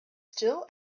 still